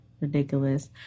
Ridiculous